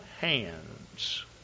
hands